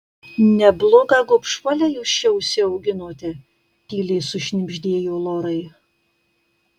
neblogą gobšuolę jūs čia užsiauginote tyliai sušnibždėjo lorai